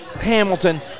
Hamilton